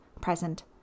present